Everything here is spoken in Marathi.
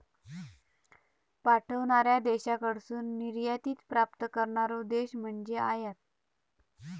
पाठवणार्या देशाकडसून निर्यातीत प्राप्त करणारो देश म्हणजे आयात